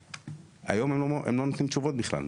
היום הם לא נותנים תשובות בכלל.